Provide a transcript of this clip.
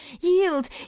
Yield